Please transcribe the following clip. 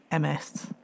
MS